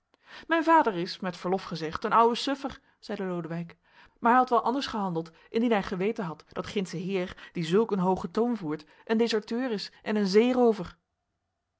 mijn vader is met verlof gezegd een oude suffer zeide lodewijk maar hij had wel anders gehandeld indien hij geweten had dat gindsche heer die zulk een hoogen toon voert een deserteur is en een zeeroover